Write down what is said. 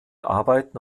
arbeiten